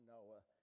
Noah